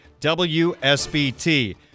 WSBT